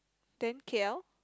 then k_l